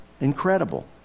Incredible